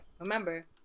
Remember